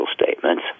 statements